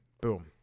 boom